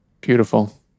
Beautiful